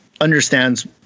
understands